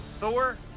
Thor